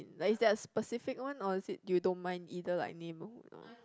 like is that a specific one or is it you don't mind either like name